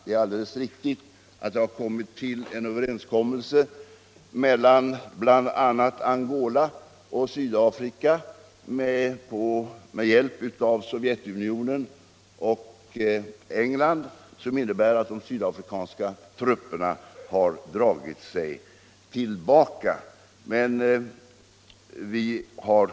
Det är alldeles riktigt att det med hjälp av Sovjetunionen och England har kommit till en överenskommelse mellan bl.a. Angola och Sydafrika som innebär att de sydafrikanska trupperna dragits tillbaka.